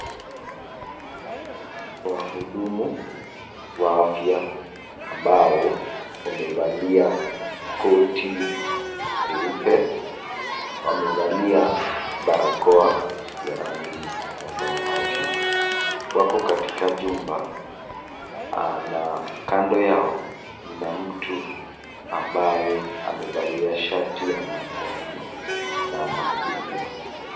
Wahudumu wa afya ambao wamevalia koti jeupe, wamevalia barakoa ya rangi ya samawati. Wako katika jumba aa na kando yao mna mtu ambaye amevalia shati ya majano na anahudumiwa.